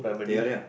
teh alia